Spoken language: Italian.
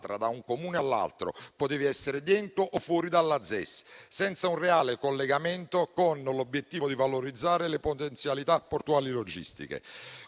da un Comune all'altro, potevi essere dentro o fuori dalla ZES, senza un reale collegamento con l'obiettivo di valorizzare le potenzialità portuali logistiche.